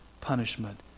punishment